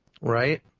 Right